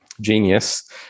genius